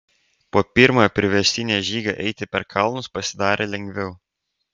po pirmojo priverstinio žygio eiti per kalnus pasidarė lengviau